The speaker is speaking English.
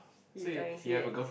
he tell me say that this